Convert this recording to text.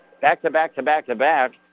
back-to-back-to-back-to-back